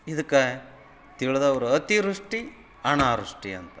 ಇದಕ್ಕೆ ತಿಳ್ದವ್ರು ಅತಿವೃಷ್ಟಿ ಅನಾವೃಷ್ಟಿ ಅಂತಾರೆ